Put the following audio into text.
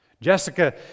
Jessica